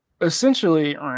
essentially